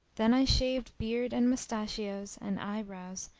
then i shaved beard and mustachios and eye brows,